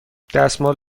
دستمال